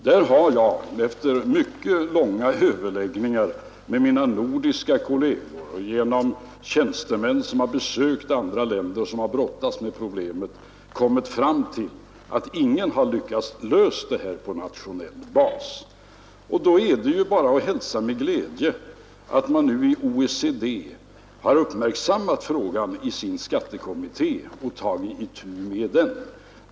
Där har jag efter mycket långa överläggningar med mina nordiska kolleger och med tjänstemän som besökt andra länder som brottats med problemet kommit fram till att ingen har lyckats lösa det på nationell bas. Då är det bara att hälsa med glädje att man nu i OECD har uppmärksammat frågan i sin skattekommitté och tagit itu med den.